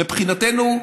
מבחינתנו,